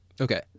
Okay